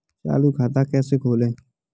चालू खाता कैसे खोलें?